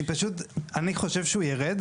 אני פשוט, אני חושב שהוא ירד.